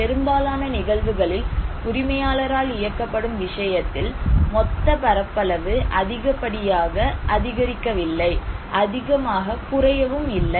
பெரும்பாலான நிகழ்வுகளில் உரிமையாளரால் இயக்கப்படும் விஷயத்தில் மொத்த பரப்பளவு அதிகப்படியாக அதிகரிக்கவில்லை அதிகமாகக்குறையவும் இல்லை